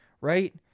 right